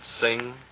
sing